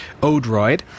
Odroid